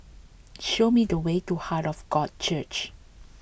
show me the way to Heart of God Church